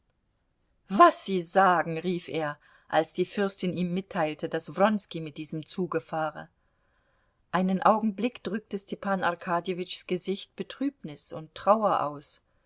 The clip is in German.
was sie sagen rief er als die fürstin ihm mitteilte daß wronski mit diesem zuge fahre einen augenblick drückte stepan arkadjewitschs gesicht betrübnis und trauer aus